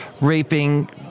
raping